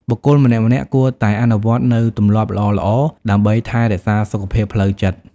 បុគ្គលម្នាក់ៗគួរតែអនុវត្តនូវទម្លាប់ល្អៗ ដើម្បីថែរក្សាសុខភាពផ្លូវចិត្ត។